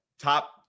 top